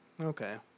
Okay